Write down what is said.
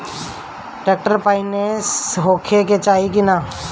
Tractor पाईनेस होखे के चाही कि ना?